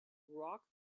rock